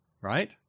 right